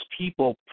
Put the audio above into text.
people